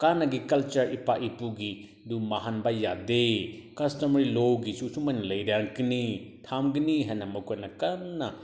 ꯊꯥꯏꯅꯒꯤ ꯀꯜꯆꯔ ꯏꯄꯥ ꯏꯄꯨꯒꯤꯗꯨ ꯃꯥꯡꯍꯟꯕ ꯌꯥꯗꯦ ꯀꯁꯇꯃꯔꯤ ꯂꯣꯒꯤꯁꯨ ꯁꯨꯃꯥꯏꯅ ꯂꯩꯔꯛꯀꯅꯤ ꯊꯝꯒꯅꯤ ꯍꯥꯏꯅ ꯃꯈꯣꯏꯅ ꯀꯟꯅ